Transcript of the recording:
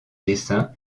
dessin